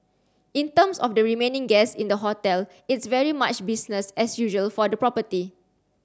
in terms of the remaining guests in the hotel it's very much business as usual for the property